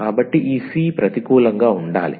కాబట్టి ఈ c ప్రతికూలంగా ఉండాలి